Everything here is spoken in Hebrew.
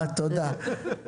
תודה.